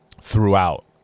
Throughout